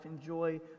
enjoy